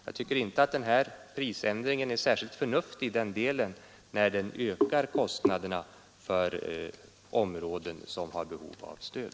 Jag tycker inte prisändringen är särskilt förnuftig i den delen när den ökar kostnaderna för de områden som har behov av stöd.